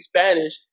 Spanish